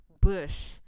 Bush